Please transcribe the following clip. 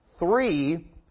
three